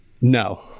No